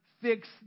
fix